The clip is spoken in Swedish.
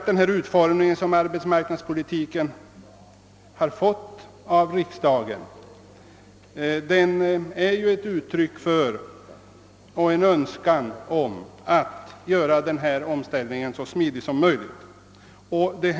Den utformning av arbetsmarknadspolitiken som riksdagen beslutat är ett uttryck för en önskan att göra denna omställning så smidig som möjligt.